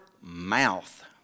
mouth